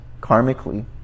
karmically